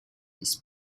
this